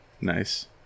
Nice